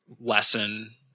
lesson